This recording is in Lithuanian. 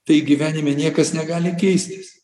tai gyvenime niekas negali keistis